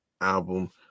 album